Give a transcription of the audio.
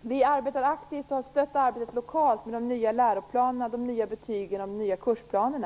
Dessutom arbetar vi aktivt och har lokalt stött arbetet med de nya läroplanerna, de nya betygen och de nya kursplanerna.